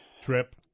trip